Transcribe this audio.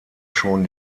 schon